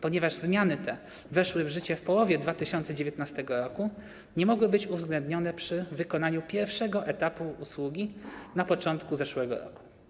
Ponieważ zmiany te weszły w życie w połowie 2019 r., nie mogły być uwzględnione przy wykonaniu pierwszego etapu usługi na początku zeszłego roku.